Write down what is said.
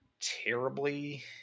terribly